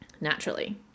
naturally